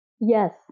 Yes